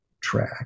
track